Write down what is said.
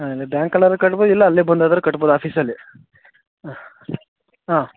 ಹಾಂ ಇಲ್ಲೇ ಬ್ಯಾಂಕಲ್ಲಾರೂ ಕಟ್ಬೋದು ಇಲ್ಲ ಅಲ್ಲೇ ಬಂದಾದರೂ ಕಟ್ಬೋದು ಆಫೀಸಲ್ಲಿ ಹಾಂ ಹಾಂ